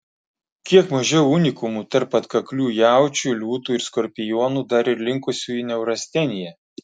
kiek mažiau unikumų tarp atkaklių jaučių liūtų ir skorpionų dar ir linkusių į neurasteniją